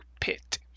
Pit